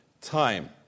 time